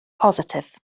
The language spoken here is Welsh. positif